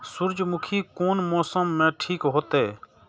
सूर्यमुखी कोन मौसम में ठीक होते?